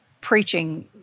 preaching